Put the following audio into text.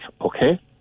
Okay